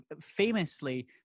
famously